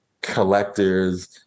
collectors